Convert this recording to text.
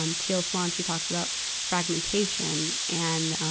um teal swan, she talks about fragmentation and,